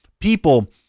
people